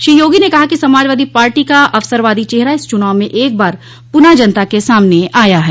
श्री योगी ने कहा कि समाजवादी पार्टी का अवसरवादी चेहरा इस चुनाव में एकबार पुनः जनता के सामने आया है